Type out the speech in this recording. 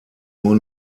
nur